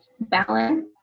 balance